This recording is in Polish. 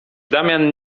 damian